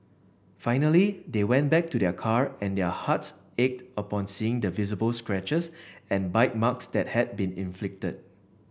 finally they went back to their car and their hearts ached upon seeing the visible scratches and bite marks that had been inflicted